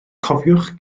cofiwch